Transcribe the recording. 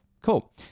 Cool